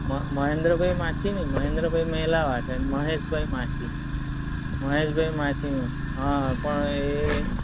મહેન્દ્રભાઈ માચી નહીં મહેન્દ્રભાઈ મહેલાવા છે ને મહેશભાઈ માચી મહેશભાઈ માચીમાં હં પણ એ